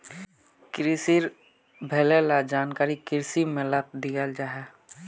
क्रिशिर भले ला जानकारी कृषि मेलात दियाल जाहा